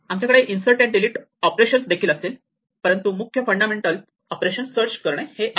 आमच्याकडे insert and delete operations देखील असेल परंतु मुख्य फुंडामेंटल ऑपरेशन सर्च करणे आहे